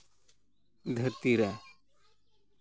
ᱫᱷᱟᱹᱨᱛᱤ ᱨᱮ